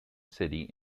city